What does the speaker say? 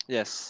Yes